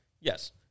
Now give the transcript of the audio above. Yes